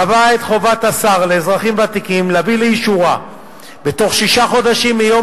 קבעה את חובת השר לאזרחים ותיקים להביא לאישורה בתוך שישה חודשים מיום